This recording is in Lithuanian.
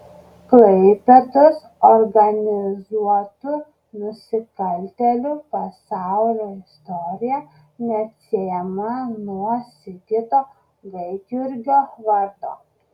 klaipėdos organizuotų nusikaltėlių pasaulio istorija neatsiejama nuo sigito gaidjurgio vardo